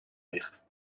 ligt